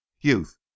youth